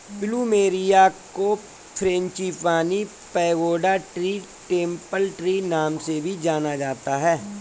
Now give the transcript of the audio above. plumeria को frangipani, pagoda tree, temple tree नाम से भी जाना जाता है